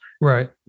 Right